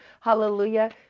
Hallelujah